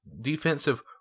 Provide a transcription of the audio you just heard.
defensive